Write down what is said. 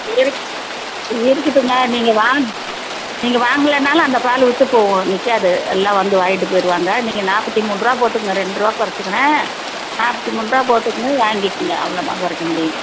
இருக் இருக்கட்டுங்க நீங்கள் வாங் நீங்கள் வாங்கலைனாலும் அந்த பால் விற்றுப் போகும் நிற்காது எல்லாம் வந்து வாங்கிட்டு போயிடுவாங்க நீங்கள் நாற்பத்தி மூன்றுரூவா போட்டுக்கங்க ரெண்டு ரூபா குறைச்சிக்கறேன் நாற்பத்தி மூன்றுரூவா போட்டுக்கங்க வாங்கிக்கங்க அவ்வளோ தான் குறைக்க முடியும்